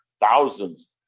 thousands